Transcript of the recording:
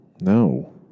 No